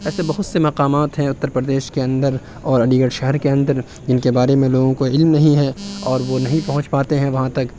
ایسے بہت سے مقامات ہیں اتر پردیش کے اندر اور علی گڑھ شہر کے اندر جن کے بارے میں لوگوں کو علم نہیں ہے اور وہ نہیں پہنچ پاتے ہیں وہاں تک